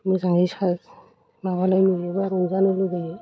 मोजाङै माबानाय नुयोबा रंजानो लुबैयो